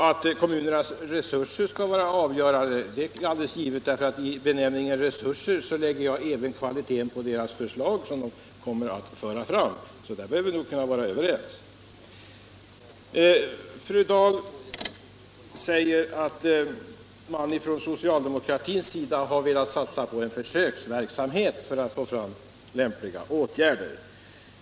Att kommunernas resurser skall vara avgörande är alldeles givet, för i benämningen resurser lägger jag även kvaliteten på de förslag som man kommer att föra fram. Där kan vi således vara överens. Fru Dahl säger att man ifrån socialdemokratins sida har velat satsa på en försöksverksamhet för att få fram lämpliga åtgärder.